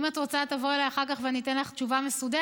אם את רוצה תבואי אליי אחר כך ואני אתן לך תשובה מסודרת,